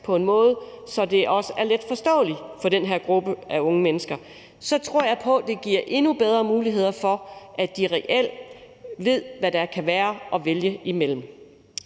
på en måde, så det også er letforståeligt for den her gruppe af unge mennesker, så tror jeg på, det giver endnu bedre muligheder for, at de reelt ved, hvad der kan være at vælge imellem.